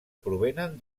provenen